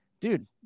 dude